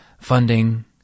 funding